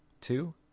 Two